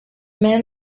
man